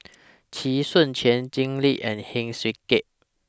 Chee Soon Juan Jim Lim and Heng Swee Keat